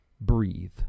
Breathe